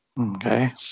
Okay